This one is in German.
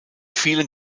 vielen